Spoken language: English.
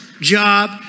job